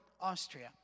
Austria